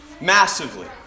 Massively